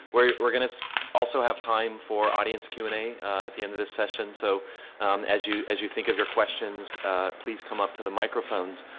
we're we're going to so also have time for audience q and a at the end of the session so as you as you think of your questions please come up to the microphones.